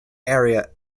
area